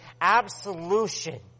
Absolution